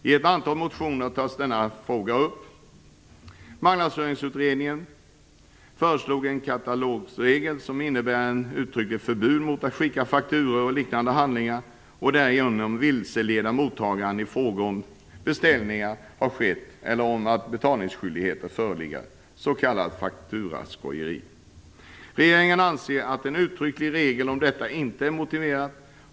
I ett antal motioner tas denna fråga upp. Marknadsföringsutredningen föreslog en katalogregel som innebär ett uttryckligt förbud mot att skicka fakturor och liknande handlingar och därigenom vilseleda mottagaren i fråga om att beställning har skett eller om att betalningsskyldighet föreligger, s.k. fakturaskojeri. Regeringen anser att en uttrycklig regel om detta inte är motiverad.